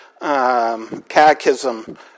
Catechism